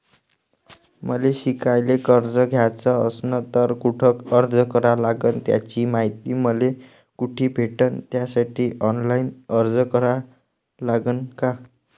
मले शिकायले कर्ज घ्याच असन तर कुठ अर्ज करा लागन त्याची मायती मले कुठी भेटन त्यासाठी ऑनलाईन अर्ज करा लागन का?